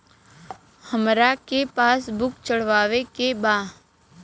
हमरा के पास बुक चढ़ावे के बा?